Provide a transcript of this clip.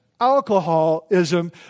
alcoholism